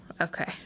Okay